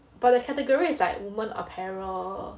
but the category is like like women apparel